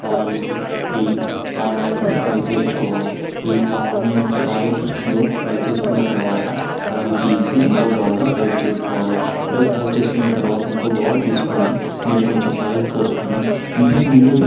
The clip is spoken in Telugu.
ఆయిల్ ఈ ఆనియన్స్ ఫ్రై చేసుకోవాలి ఈ ఆనియన్స్ ఆయిల్స్లో ఫ్రై చేసుకున్న తరువాత అవి తీసి ఇంకో బౌల్లో సర్వ్ చేసుకోవాలి అవి సర్వ్ చేసుకున్న తరువాత ఇంకో బౌల్ తీసుకొని మీరు కొంచెం ఆయిల్ పోసుకొని ఇంతకు ముందే